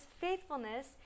faithfulness